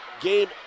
Game